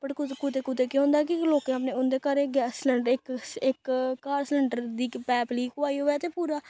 but कुतै कुतै कुतै केह् होंदा कि लोकें अपने उं'दे घरें गैस सलैंडर इक इक घर सलैंडर दी इक पाइप लीक होआ दी होऐ ते पूरा